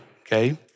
okay